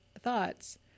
thoughts